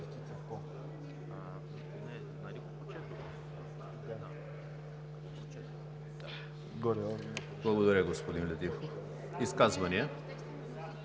Благодаря, господин Летифов. Изказвания?